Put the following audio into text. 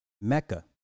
Mecca